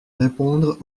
répondre